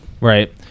Right